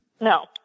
No